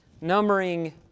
numbering